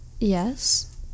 Yes